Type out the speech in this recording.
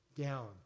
down